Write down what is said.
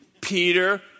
Peter